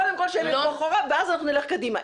לא, קודם כל שיפתחו ואז נלך קדימה.